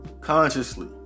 consciously